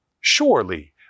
Surely